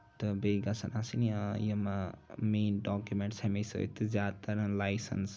تہٕ بیٚیہِ گژھن آسِٕنۍ یم یا مین ڈوکوٗمینٹٔس ہمیشہٕ سۭتۍ تہِ زیادٕ تر لایسَنس